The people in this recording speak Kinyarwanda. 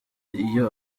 iyo